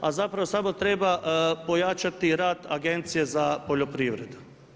A zapravo samo treba pojačati rad Agencije za poljoprivredu.